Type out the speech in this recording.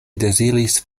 deziris